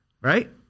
right